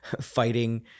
fighting